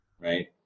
right